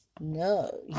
No